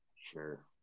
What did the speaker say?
Sure